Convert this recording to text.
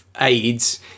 AIDS